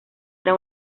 era